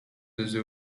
desde